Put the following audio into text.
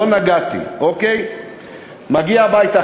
לא נגעתי: מגיע הביתה,